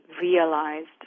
realized